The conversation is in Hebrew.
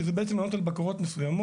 שזה בעצם לענות על בקרות מסוימות.